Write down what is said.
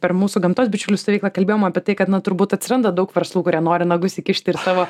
per mūsų gamtos bičiulių stovyklą kalbėjom apie tai kad na turbūt atsiranda daug verslų kurie nori nagus įkišti ir savo